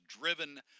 driven